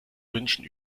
wünschen